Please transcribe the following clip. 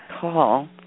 call